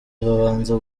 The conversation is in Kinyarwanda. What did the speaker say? babanza